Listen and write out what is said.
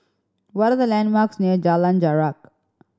what are the landmarks near Jalan Jarak